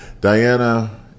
Diana